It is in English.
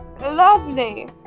lovely